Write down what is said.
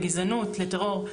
לגזענות ולטרור.